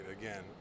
Again